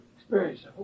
experience